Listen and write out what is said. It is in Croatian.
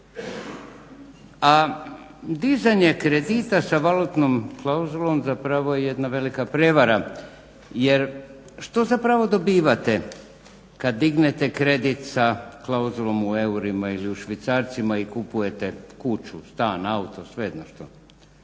A dizanje kredita sa valutnom klauzulom zapravo je jedna velika prevara jer što zapravo dobivate kad dignete kredit sa klauzulom u eurima ili u švicarcima i kupujete kuću, stan, auto, svejedno što.